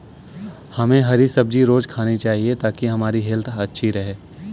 हमे हरी सब्जी रोज़ खानी चाहिए ताकि हमारी हेल्थ अच्छी रहे